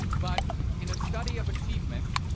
but in a study of achievement,